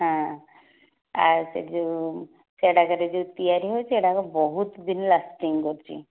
ହଁ ଆଉ ସେ ଯେଉଁ ସେହି ଗୁଡ଼ାକରେ ଯେଉଁ ତିଆରୀ ହେଉଛି ସେହି ଗୁଡ଼ାକ ବହୁତ ଦିନ ଲାଷ୍ଟିଙ୍ଗ କରୁଛି